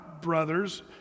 brothers